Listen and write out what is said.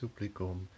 supplicum